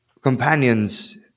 companions